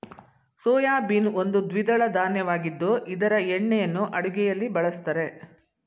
soybean ಒಂದು ದ್ವಿದಳ ಧಾನ್ಯವಾಗಿದ್ದು ಇದರ ಎಣ್ಣೆಯನ್ನು ಅಡುಗೆಯಲ್ಲಿ ಬಳ್ಸತ್ತರೆ